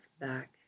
back